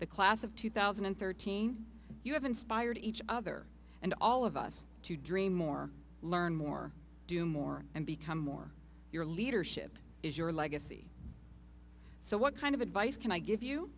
the class of two thousand and thirteen you have inspired each other and all of us to dream more learn more do more and become more your leadership is your legacy so what kind of advice can i give you